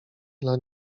dla